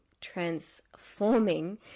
transforming